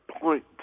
point